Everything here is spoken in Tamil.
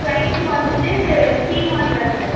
க்ரைம் வந்துவிட்டு சி ஒன்னில் இருக்கும்